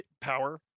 power